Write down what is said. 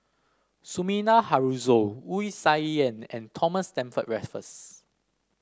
Sumida Haruzo Wu Tsai Yen and Thomas Stamford Raffles